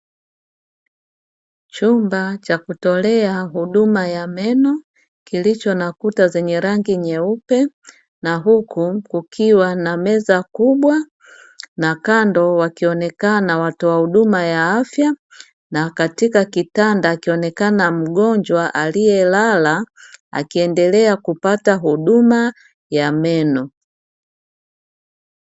Chumba cha kutolea huduma ya meno kilicho na kuta zenye rangi nyeupe, na huku kukiwa na meza kubwa na kando wakionekana watoa huduma ya afya, na kando akionekana mgonjwa aliyelala na akiendelea kupata huduma ya meno.